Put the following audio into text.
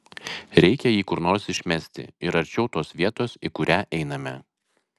reikia jį kur nors išmesti ir arčiau tos vietos į kurią einame